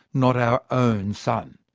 not our own sun.